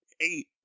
eight